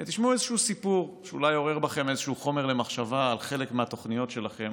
תשמעו איזשהו סיפור שאולי יעורר בכם חומר למחשבה על חלק מהתוכניות שלכם